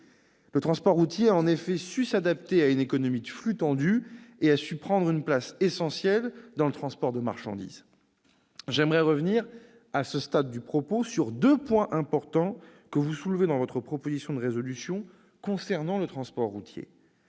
Le transport routier a en effet su s'adapter à une économie de flux tendus et a su, par là même, prendre une place essentielle dans le transport de marchandises. J'aimerais revenir, à ce stade de mon propos, sur deux points importants que vous soulevez dans votre proposition de résolution concernant le transport routier.